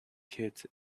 kids